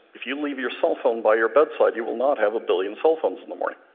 if you leave your cell phone by your bedside, you will not have a billion cell phones in the morning.